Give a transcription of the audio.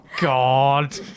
God